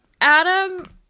adam